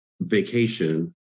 vacation